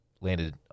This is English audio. landed